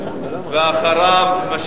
ואחריו,